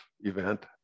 event